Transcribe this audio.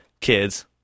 Kids